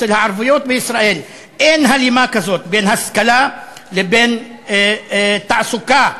אצל הערביות בישראל אין הלימה כזאת בין השכלה לבין תעסוקה.